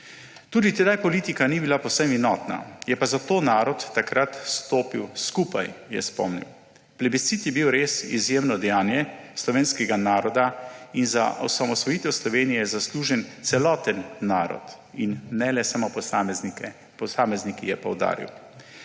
Tudi tedaj politika ni bila povsem enotna, je pa zato narod takrat stopil skupaj, je spomnil. Plebiscit je bil res izjemno dejanje slovenskega naroda in za osamosvojitev Slovenije zaslužen celoten narod in ne le samo posamezniki, je poudaril.